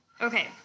Okay